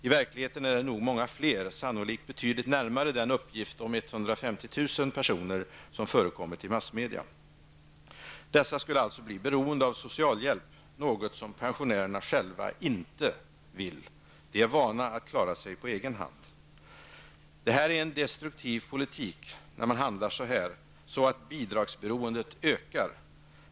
I verklighten är det nog många fler, sannolikt betydligt närmare den uppgift om 150 000 personer som förekommit i massmedia. Dessa skulle alltså bli beroende av socialhjälp, något som pensionärerna själva inte vill. De är vana att klara sig på egen hand. Det är en destruktiv politik att handla så att bidragsberoendet ökar.